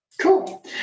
Cool